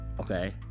Okay